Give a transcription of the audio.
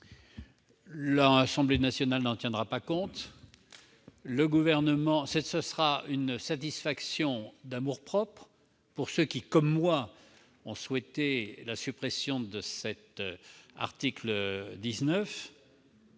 l'Assemblée nationale ne tiendra pas compte de notre position. Ce sera certes une satisfaction d'amour-propre pour ceux qui, comme moi, ont souhaité la suppression de cet article 19,